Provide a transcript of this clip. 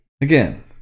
Again